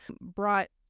brought